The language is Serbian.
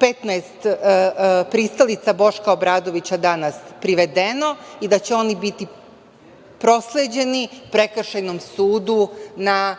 15 pristalica Boška Obradovića danas privedeno i da će oni biti prosleđeni prekršajnom sudu na